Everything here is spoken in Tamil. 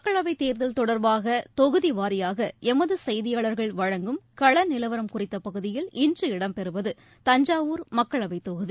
மக்களவைத் தேர்தல் தொடர்பாகதொகுதிவாரியாகளமதுசெய்தியாளர்கள் வழங்கும் களநிலவரம்குறித்தபகுதியில் இன்று இடம்பெறுவது தஞ்சாவூர் மக்களவைத் தொகுதி